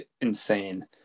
insane